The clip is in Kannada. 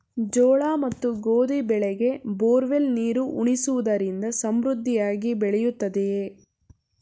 ಜೋಳ ಮತ್ತು ಗೋಧಿ ಬೆಳೆಗೆ ಬೋರ್ವೆಲ್ ನೀರು ಉಣಿಸುವುದರಿಂದ ಸಮೃದ್ಧಿಯಾಗಿ ಬೆಳೆಯುತ್ತದೆಯೇ?